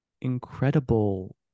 incredible